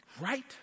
Right